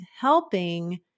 helping